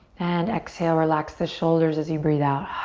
and exhale, relax the shoulders as you breathe out.